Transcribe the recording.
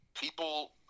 people